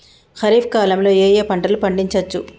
ఖరీఫ్ కాలంలో ఏ ఏ పంటలు పండించచ్చు?